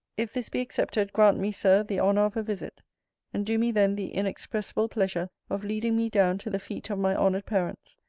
if this be accepted, grant me, sir, the honour of a visit and do me then the inexpressible pleasure of leading me down to the feet of my honoured parents,